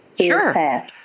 Sure